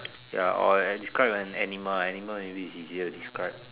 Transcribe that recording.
ya or describe an animal animal maybe easier to describe